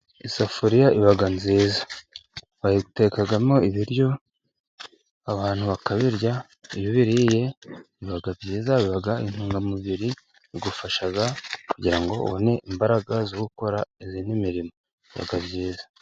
Isafuriya iba nziza, bayitekamo ibiryo abantu bakabirya, iyo ubiririye biba byiza ubona intungamubiri bigufasha kugira ngo ubone imbaraga zo gukora iyindi mirimo, biba byiza.